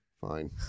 Fine